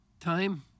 Time